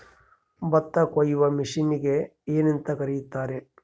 ಭತ್ತ ಕೊಯ್ಯುವ ಮಿಷನ್ನಿಗೆ ಏನಂತ ಕರೆಯುತ್ತಾರೆ?